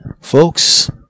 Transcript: Folks